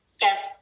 Yes